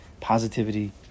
positivity